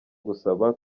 gusaba